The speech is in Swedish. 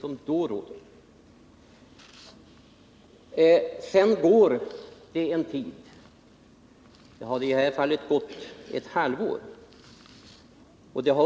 Sedan gick en tid — i detta fall ett halvår.